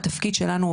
התפקיד שלנו,